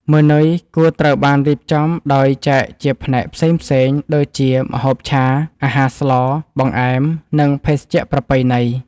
ម៉ឺនុយគួរត្រូវបានរៀបចំដោយចែកជាផ្នែកផ្សេងៗដូចជាម្ហូបឆា អាហារស្ល បង្អែម និងភេសជ្ជៈប្រពៃណី។